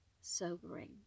sobering